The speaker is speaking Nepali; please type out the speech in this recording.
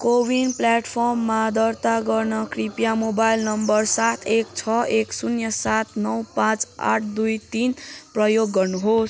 कोविन प्लेटफर्ममा दर्ता गर्न कृपया मोबाइल नम्बर सात एक छः एक शून्य सात नौ पाँच आठ दुई तिन प्रयोग गर्नुहोस्